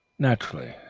naturally.